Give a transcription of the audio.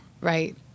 Right